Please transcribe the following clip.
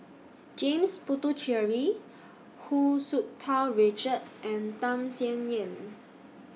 James Puthucheary Hu Tsu Tau Richard and Tham Sien Yen